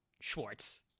Schwartz